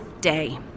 day